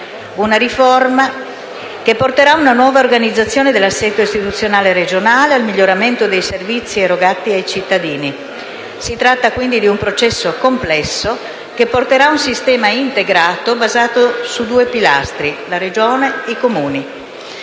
una riforma che porterà ad una nuova organizzazione dell'assetto istituzionale regionale e al miglioramento dei servizi erogati ai cittadini. Si tratta quindi di un processo complesso, che porterà ad un sistema integrato basato su due pilastri: la Regione e i Comuni.